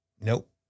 Nope